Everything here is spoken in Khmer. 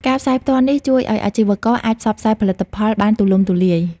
ការ ផ្សាយផ្ទាល់ នេះជួយឱ្យអាជីវកម្មអាចផ្សព្វផ្សាយផលិតផលបានទូលំទូលាយ។